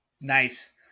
Nice